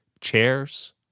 chairs